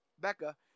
Becca